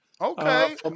Okay